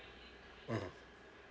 mmhmm